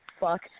fuck